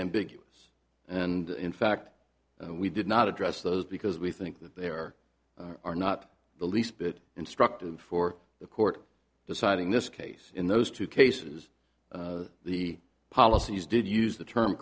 ambiguous and in fact we did not address those because we think that there are not the least bit instructive for the court deciding this case in those two cases the policies did use the term